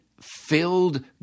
filled